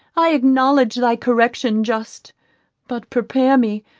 i acknowledge thy correction just but prepare me,